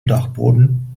dachboden